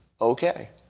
okay